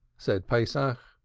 said pesach.